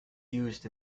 used